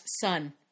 son